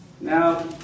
Now